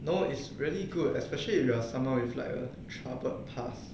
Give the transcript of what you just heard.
no it's really good especially if you are someone with like a troubled past